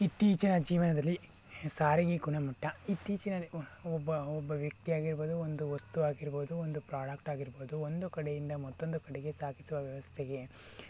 ಇತ್ತೀಚಿನ ಜೀವನದಲ್ಲಿ ಸಾರಿಗೆ ಗುಣಮಟ್ಟ ಇತ್ತೀಚಿನ ಒಬ್ಬ ಒಬ್ಬ ವ್ಯಕ್ತಿ ಆಗಿರ್ಬೋದು ಒಂದು ವಸ್ತು ಆಗಿರ್ಬೋದು ಒಂದು ಪ್ರಾಡಕ್ಟ್ ಆಗಿರ್ಬೋದು ಒಂದು ಕಡೆಯಿಂದ ಮತ್ತೊಂದು ಕಡೆಗೆ ಸಾಗಿಸುವ ವ್ಯವಸ್ಥೆಗೆ